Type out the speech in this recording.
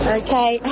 okay